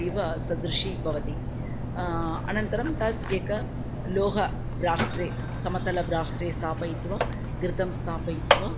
इव सदृशी भवति अनन्तरं तद् एकं लोहब्राष्ट्रे समतलब्राष्ट्रे स्थापयित्वा घृतं स्थापयित्वा